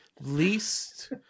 least